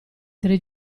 tre